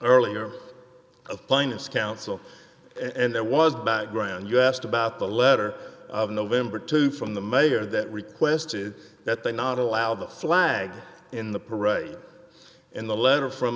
earlier a plaintiff's counsel and there was background you asked about the letter of november two from the mayor that requested that they not allow the flag in the parade in the letter from